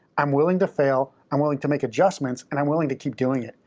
i'm willing to fail. i'm willing to make adjustments. and i'm willing to keep doing it.